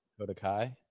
Kodakai